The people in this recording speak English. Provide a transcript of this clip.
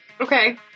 Okay